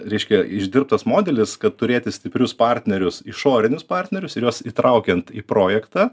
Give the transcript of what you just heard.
reiškia išdirbtas modelis kad turėti stiprius partnerius išorinius partnerius ir juos įtraukiant į projektą